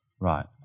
Right